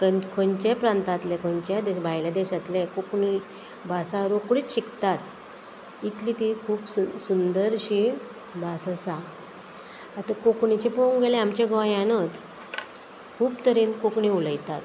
खंयचेय प्रांतांतले खंयचेय देश भायल्या देशांतले कोंकणी भासा रोखडीच शिकतात इतली ती खूब सुंदर अशी भास आसा आतां कोंकणीचें पळोवंक गेल्यार आमच्या गोंयानूच खूब तरेन कोंकणी उलयतात